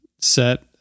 set